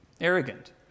arrogant